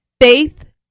faith